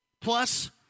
plus